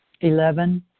Eleven